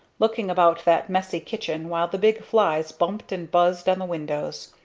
looking about that messy kitchen while the big flies bumped and buzzed on the windows,